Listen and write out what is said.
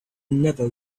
never